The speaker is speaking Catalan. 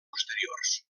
posteriors